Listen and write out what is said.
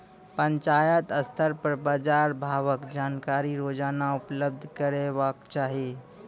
पंचायत स्तर पर बाजार भावक जानकारी रोजाना उपलब्ध करैवाक चाही?